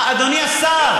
אדוני השר,